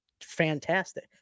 fantastic